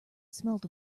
smelt